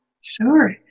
Sure